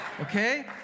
Okay